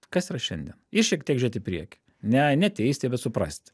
kas yra šiandien ir šiek tiek žiūrėti į priekį ne neteisti bet suprasti